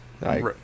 right